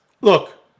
look